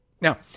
Now